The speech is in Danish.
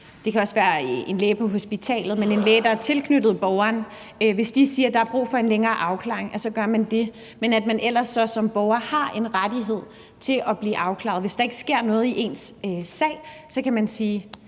det kan også være en hospitalslæge – siger, at der er brug for en længere afklaring, så gør det, men at man ellers som borger har en rettighed til at blive afklaret? Så hvis der ikke sker noget i ens sag, kan man sige: